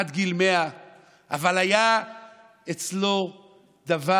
עד גיל 100. אבל היה אצלו דבר